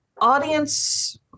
audience